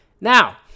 now